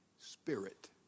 spirit